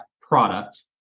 product